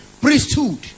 priesthood